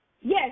Yes